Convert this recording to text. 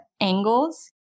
angles